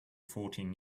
fourteen